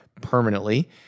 permanently